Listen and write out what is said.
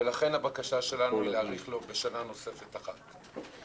ולכן הבקשה שלנו היא להאריך לו בשנה נוספת אחת.